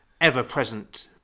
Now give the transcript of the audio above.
ever-present